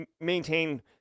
maintain